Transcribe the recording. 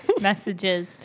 messages